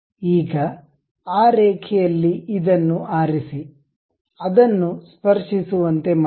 ಈಗ ಆ ರೇಖೆಯಲ್ಲಿ ಇದನ್ನು ಆರಿಸಿ ಅದನ್ನು ಸ್ಪರ್ಶಿಸುವಂತೆ ಮಾಡಿ